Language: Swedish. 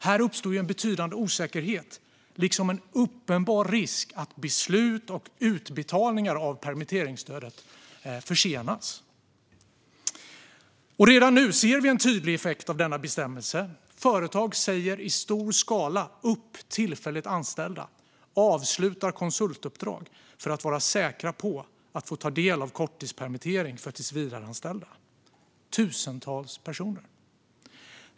Här uppstår en betydande osäkerhet liksom en uppenbar risk för att beslut och utbetalningar av permitteringsstödet försenas. Redan nu ser vi en tydlig effekt av denna bestämmelse. Företag säger i stor skala upp tillfälligt anställda och avslutar konsultuppdrag för att vara säkra på att få ta del av korttidspermittering för tillsvidareanställda. Det handlar om tusentals personer.